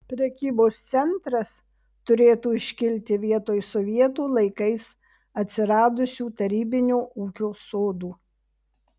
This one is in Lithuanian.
prekybos centras turėtų iškilti vietoj sovietų laikais atsiradusių tarybinio ūkio sodų